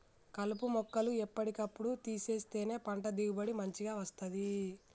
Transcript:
కలుపు మొక్కలు ఎప్పటి కప్పుడు తీసేస్తేనే పంట దిగుబడి మంచిగ వస్తది